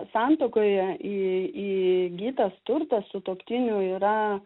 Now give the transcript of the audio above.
santuokoje į į įgytas turtas sutuoktinių yra